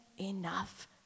enough